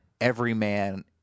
everyman